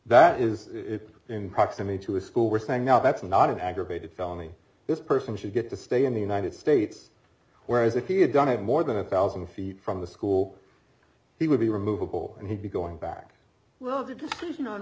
that is in proximity to a school we're saying now that's not an aggravated felony this person should get to stay in the united states whereas if he had done it more than a thousand feet from the school he would be removable and he'd be going back well the decision on